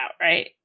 right